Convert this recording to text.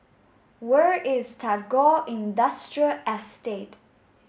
where is Tagore Industrial Estate